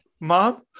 Mom